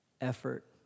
effort